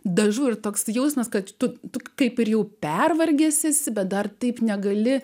dažų ir toks jausmas kad tu toks kaip ir jau pervargęs bet dar taip negali